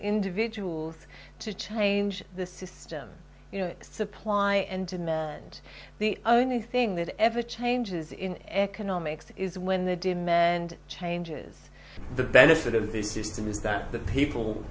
individual to change the system you know supply and demand and the only thing that ever changes in economics is when the demand change is the benefit of the